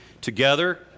together